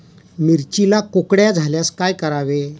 मिरचीला कुकड्या झाल्यास काय करावे?